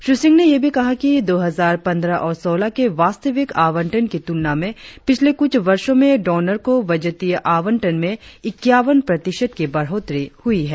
श्री सिंह ने यह भी कहा कि दो हजार पंद्रह सोलह के वास्तविक आवंटन की तुलना में पिछले कुछ वर्षो में डोनर को बजटीय आवंटन में इक्यावन प्रतिशत की बढ़ोत्तरी हुई है